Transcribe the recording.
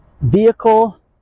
vehicle